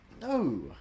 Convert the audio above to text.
No